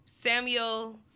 Samuel